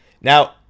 Now